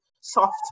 soft